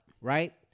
Right